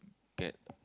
get